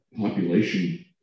population